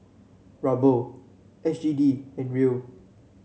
Ruble S G D and Riel